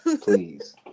Please